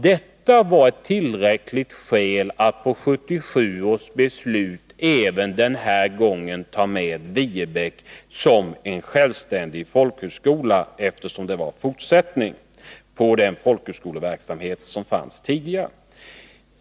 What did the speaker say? Detta är ett tillräckligt skäl för att på grundval av 1977 års folkhögskolebeslut även den här gången ta med Viebäck som en självständig folkhögskola, eftersom den utgjorde en fortsättning på den folkhögskoleverksamhet som redan tidigare fanns på platsen.